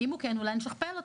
כי אם הוא כן, אולי נשכפל אותו.